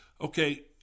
okay